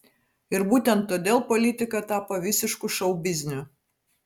ir būtent todėl politika tapo visišku šou bizniu